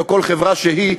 או כל חברה שהיא,